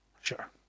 Sure